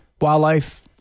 wildlife